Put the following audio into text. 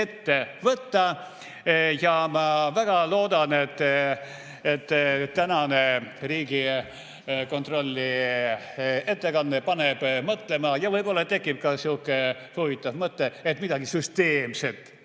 ette võtta. Ma väga loodan, et tänane Riigikontrolli ettekanne paneb mõtlema ja võib-olla tekib ka sihuke huvitav mõte, et midagi süsteemset